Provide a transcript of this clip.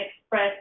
express